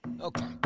Okay